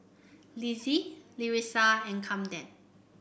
Lizzie Larissa and Camden